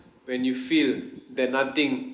when you feel that nothing